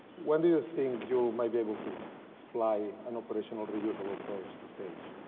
when do you think you might be able to fly and operational reusable first state?